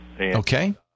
Okay